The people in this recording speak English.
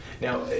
Now